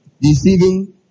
deceiving